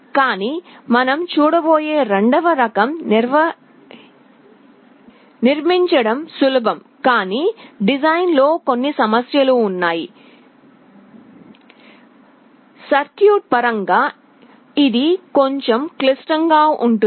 కానీ మనం చూడబోయే రెండవ రకం నిర్మించడం సులభం కానీ డిజైన్లో కొన్ని సమస్యలు ఉన్నాయి సర్క్యూట్ పరంగా ఇది కొంచెం క్లిష్టం గా ఉంటుంది